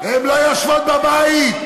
הן לא יושבות בבית.